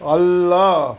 ಅಲ್ಲ